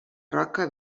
roca